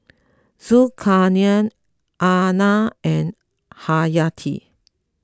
Zulkarnain Aina and Hayati